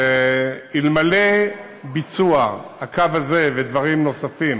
אלמלא ביצוע הקו הזה, ודברים נוספים